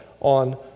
on